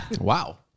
Wow